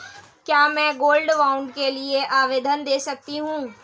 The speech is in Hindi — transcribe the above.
क्या मैं गोल्ड बॉन्ड के लिए आवेदन दे सकती हूँ?